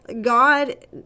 God